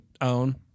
own